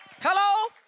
Hello